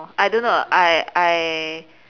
I don't know I I